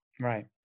Right